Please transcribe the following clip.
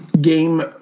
Game